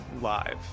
live